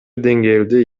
деңгээлде